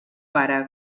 pare